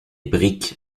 brick